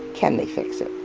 can they fix it?